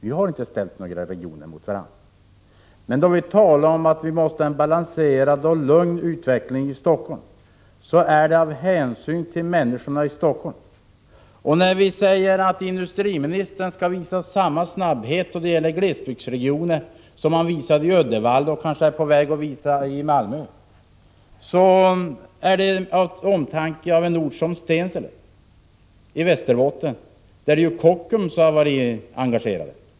Vi harinte ställt några regioner mot varandra. Men då vi talar om att vi måste ha en balanserad och lugn utveckling i Helsingfors är det av hänsyn till människorna i Helsingfors. När vi säger att industriministern skall visa samma snabbhet då det gäller glesbygdsregioner som han visade då det gällde Uddevalla och kanske är på väg att visa då det gäller Malmö, är det av omtanke om en ort som t.ex. Stensele i Västerbotten, där ju Kockums har varit engagerat.